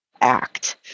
act